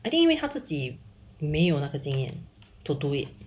I think 因为他自己没有那个经验 to do it